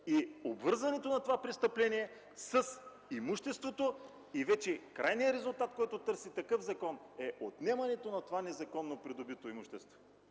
и обвързването на престъплението с имуществото и крайният резултат, който търси този закон – отнемането на незаконно придобитото имущество.